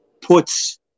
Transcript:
puts